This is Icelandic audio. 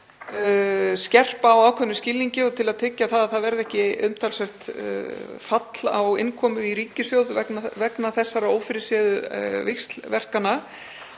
skerpa á ákveðnum skilningi og til að tryggja að ekki verði umtalsvert fall á innkomu í ríkissjóð vegna þessara ófyrirséðu víxlverkana.